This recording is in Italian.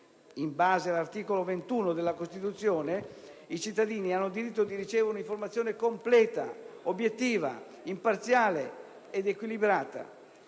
(in base all'articolo 21 della Costituzione i cittadini hanno diritto di ricevere un'informazione completa, obiettiva, imparziale ed equilibrata),